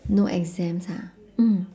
no exams ha mm